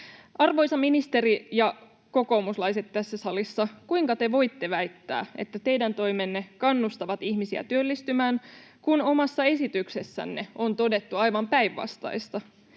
Arvoisa ministeri ja kokoomuslaiset tässä salissa, kuinka te voitte väittää, että teidän toimenne kannustavat ihmisiä työllistymään, kun omassa esityksessänne on todettu aivan päinvastaista?